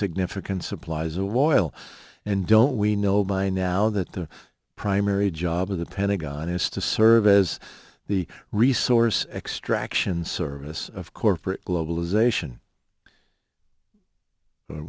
significant supplies of oil and don't we know by now that the primary job of the pentagon is to serve as the resource extraction service of corporate globalization